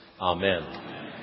Amen